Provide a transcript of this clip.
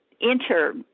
enter